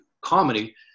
comedy